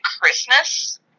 Christmas